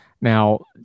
Now